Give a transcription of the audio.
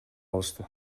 алышты